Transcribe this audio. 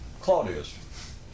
Claudius